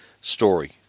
story